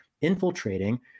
infiltrating